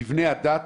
מבני הדת